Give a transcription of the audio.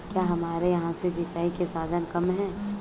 क्या हमारे यहाँ से सिंचाई के साधन कम है?